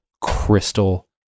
crystal